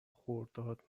خرداد